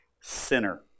Sinner